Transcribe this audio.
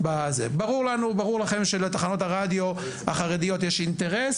ברור לכם שלתחנות הרדיו החרדיות יש אינטרס